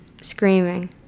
screaming